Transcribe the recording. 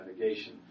navigation